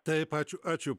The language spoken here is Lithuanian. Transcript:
taip ačiū ačiū